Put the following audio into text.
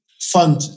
fund